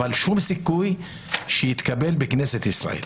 אבל שום סיכוי להתקבל בכנסת ישראל.